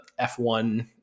F1